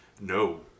No